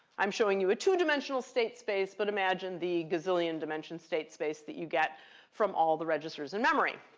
i'm showing you a two-dimensional state space, but imagine the gazillion dimension state space that you get from all the registers and memory.